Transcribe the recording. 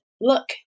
look